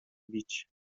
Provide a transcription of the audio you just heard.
bić